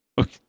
Okay